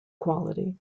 quality